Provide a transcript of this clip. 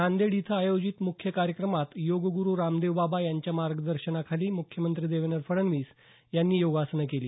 नांदेड इथं आयोजित मुख्य कार्यक्रमात योग गुरु बाबा रामदेव यांच्या मार्गदर्शनाखाली मुख्यमंत्री देवेंद्र फडणवीस यांनी योगासनं केली